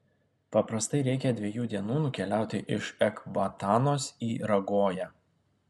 paprastai reikia dviejų dienų nukeliauti iš ekbatanos į ragoją